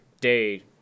day